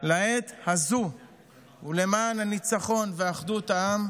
לעת הזו ולמען הניצחון ואחדות העם,